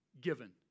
given